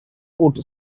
would